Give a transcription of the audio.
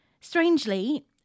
Strangely